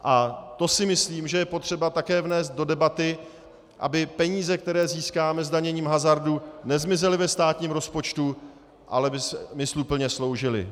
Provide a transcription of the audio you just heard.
A to si myslím, že je potřeba také vnést do debaty, aby peníze, které získáme zdaněním hazardu, nezmizely ve státním rozpočtu, ale smysluplně sloužily.